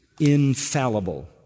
infallible